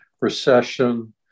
recession